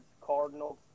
Cardinals